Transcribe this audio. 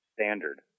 standard